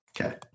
Okay